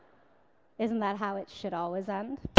isn't that how it should always end?